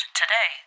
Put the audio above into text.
today